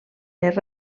les